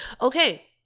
Okay